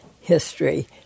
history